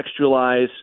contextualize